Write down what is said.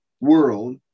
world